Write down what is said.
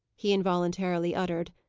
he involuntarily uttered,